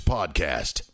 Podcast